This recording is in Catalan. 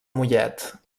mollet